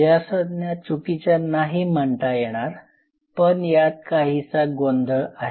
या संज्ञा चुकीच्या नाही म्हणता येणार पण यात काहीसा गोंधळ आहे